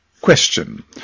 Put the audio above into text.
Question